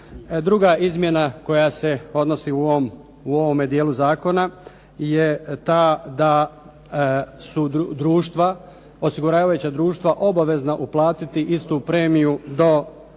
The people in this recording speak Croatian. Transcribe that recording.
Druga izmjena koja se podnosi u ovome dijelu zakona je ta da su osiguravajuća društva obavezna uplatiti istu premiju do 10.